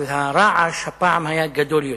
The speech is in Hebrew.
אבל הרעש הפעם היה גדול יותר,